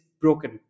broken